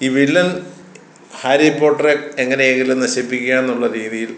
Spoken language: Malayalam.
ഈ വില്ലൻ ഹാരി പോട്ടറെ എങ്ങനെയെങ്കിലും നശിപ്പിക്കാനുള്ള രീതിയിൽ